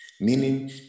meaning